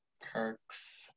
perks